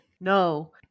No